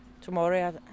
tomorrow